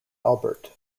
albert